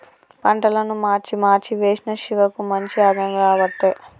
పంటలను మార్చి మార్చి వేశిన శివకు మంచి ఆదాయం రాబట్టే